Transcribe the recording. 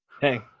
hey